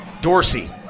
Dorsey